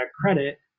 credit